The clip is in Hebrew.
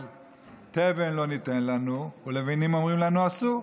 אבל תבן לא נתן לנו ולְבֵנִים אמרים לנו עשו.